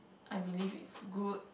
I believe is good